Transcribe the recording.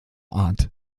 art